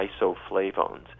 isoflavones